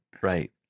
Right